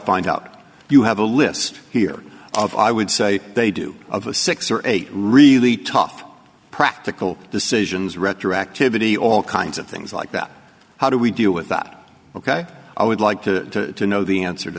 find out you have a list here of i would say they do of a six or eight really tough practical decisions retroactivity all kinds of things like that how do we deal with that ok i would like to know the answer to